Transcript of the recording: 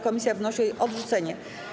Komisja wnosi o jej odrzucenie.